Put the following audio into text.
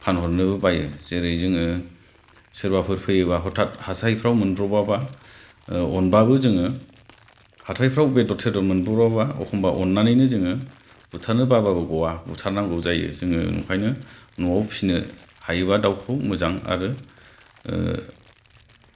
फानहरनोबो बायो जेरै जोङो सोरबाफोर फैयोबा हथाथ हाथायफ्राव मोनब्र'बाबा अनबाबो जोङो हाथायफ्राव बेदर थेदर मोनब्र'बाबा एखनबा अननानैनो जोङो बुथारनो बाबाबो गवा बुथारनांगौै जायो जोङो ओंखायनो न'आव फिसिनो हायोब्ला मोजां दाउखौ आरो